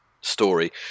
story